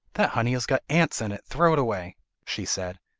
that honey has got ants in it throw it away she said,